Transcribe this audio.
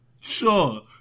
Sure